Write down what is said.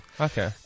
Okay